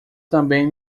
também